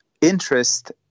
interest